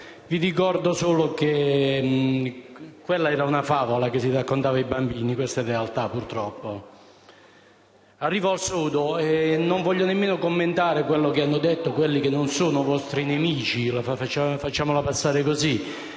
Vi ricordo che quella era una favola che si raccontava ai bambini; questa è realtà, purtroppo. Arrivo al sodo. Non voglio nemmeno commentare quanto hanno detto su questo DEF coloro che non sono vostri nemici (facciamola passare così):